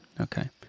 okay